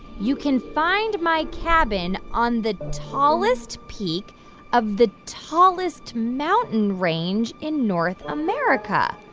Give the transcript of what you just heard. you can find my cabin on the tallest peak of the tallest mountain range in north america.